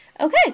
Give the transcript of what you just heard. Okay